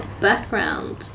background